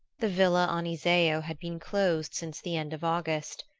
the villa on iseo had been closed since the end of august.